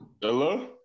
Hello